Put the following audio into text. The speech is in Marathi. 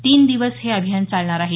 तीन दिवस हे अभियान चालणार आहे